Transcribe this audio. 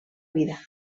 vida